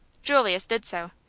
julius did so.